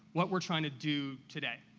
what we're trying to do today.